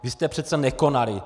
Vy jste přece nekonali.